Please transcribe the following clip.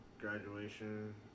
graduation